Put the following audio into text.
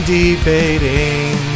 debating